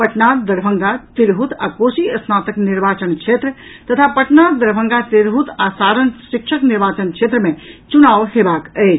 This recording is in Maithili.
पटना दरभंगा तिरहुत आ कोशी स्नातक निर्वाचन क्षेत्र तथा पटना दरभंगा तिरहुत आ सारण शिक्षक निर्वाचन क्षेत्र मे चुनाव हेबाक अछि